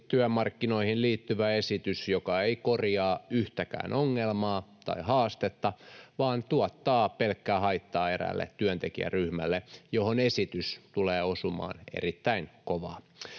työmarkkinoihin liittyvä esitys, joka ei korjaa yhtäkään ongelmaa tai haastetta vaan tuottaa pelkkää haittaa eräälle työntekijäryhmälle, johon esitys tulee osumaan erittäin kovaa.